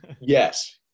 Yes